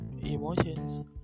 emotions